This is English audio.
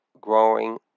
growing